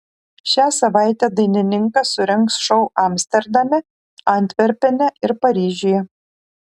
šią savaitę dainininkas surengs šou amsterdame antverpene ir paryžiuje